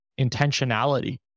intentionality